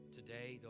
today